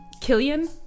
Killian